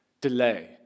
delay